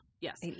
yes